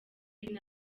ibintu